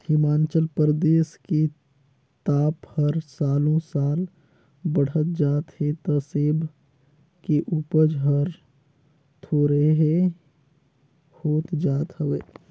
हिमाचल परदेस के ताप हर सालो साल बड़हत जात हे त सेब के उपज हर थोंरेह होत जात हवे